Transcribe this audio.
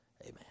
Amen